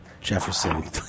Jefferson